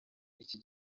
iki